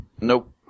Nope